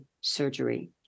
surgery